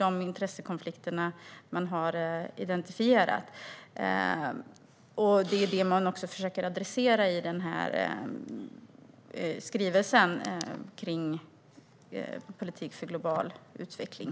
Dessa intressekonflikter har man identifierat, och dem försöker man adressera i skrivelsen om politik för global utveckling.